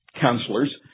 counselors